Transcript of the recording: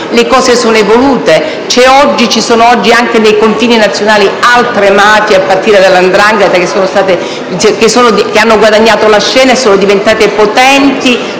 Le cose sono evolute: ci sono oggi, anche nei confini nazionali, altre mafie, a partire dalla 'ndrangheta, che hanno guadagnato la scena e sono diventate potenti